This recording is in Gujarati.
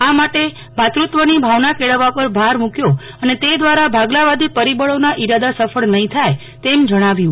આ માટે ભાતૃ ત્વ્મી ભાવના કેળવવા પર ભાર મુ ક્વો અને તે દ્રારા ભાગલાવાદી પરિબળોના ઈરાદા સફળ નફી થાય તેમ જણાવ્યુ